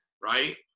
Right